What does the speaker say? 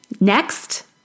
Next